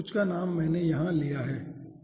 कुछ का नाम मैंने यहाँ लिया है